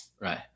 Right